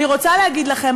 אני רוצה להגיד לכם,